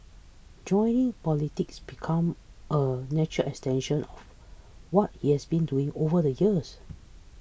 joining politics becomes a natural extension of what he has been doing over the years